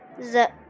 The